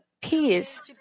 peace